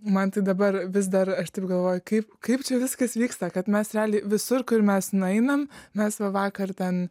man tai dabar vis dar aš taip galvoju kaip kaip čia viskas vyksta kad mes realiai visur kur mes nueinam mes va vakar ten